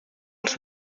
als